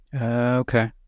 Okay